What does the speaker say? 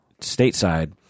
stateside